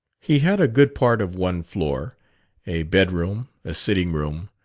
he had a good part of one floor a bedroom, a sitting room,